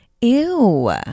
Ew